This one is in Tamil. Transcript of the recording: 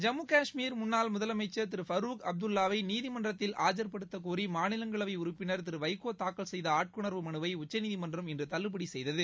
ஜம்மு காஷ்மீர் முன்னாள் முதலமைச்சர் திரு ஃபருக் அப்துல்லாவை நீதிமன்றத்தில் ஆஜர்படுத்தக்கோரி மாநிலங்களவை உறுப்பினர் திரு வைகோ தாக்கல் செய்த ஆட்கொணர்வு மனுவை உச்சநீதிமன்றம் இன்று தள்ளுபடி செய்தது